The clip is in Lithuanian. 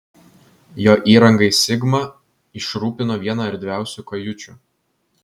jo įrangai sigma išrūpino vieną erdviausių kajučių